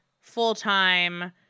full-time